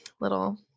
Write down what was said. little